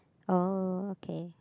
oh okay